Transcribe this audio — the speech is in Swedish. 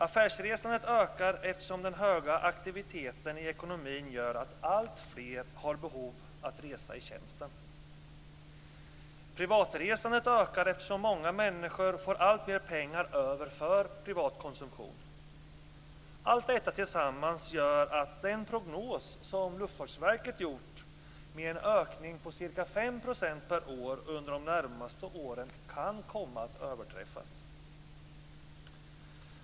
Affärsresandet ökar eftersom den höga aktiviteten i ekonomin gör att alltfler har behov att resa i tjänsten. Privatresandet ökar eftersom många människor får alltmer pengar över för privat konsumtion. Allt detta tillsammans gör att den prognos som Luftfartsverket gjort, med en ökning på ca 5 % per år under de närmaste åren, kan komma att överträffas.